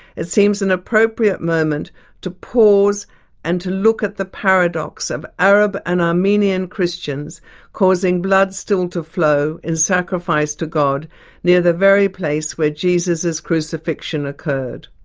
it seems an appropriate moment to pause and to look at the paradox of arab and armenian christians causing blood still to flow in sacrifice to god near the very place where jesus's crucifixion occurred.